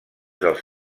dels